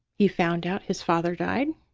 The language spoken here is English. he found out his father died.